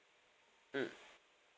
mm